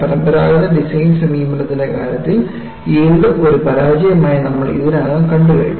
പരമ്പരാഗത ഡിസൈൻ സമീപനത്തിന്റെ കാര്യത്തിൽ യീൽഡ് ഒരു പരാജയമായി നമ്മൾ ഇതിനകം കണ്ടുകഴിഞ്ഞു